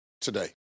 today